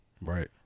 Right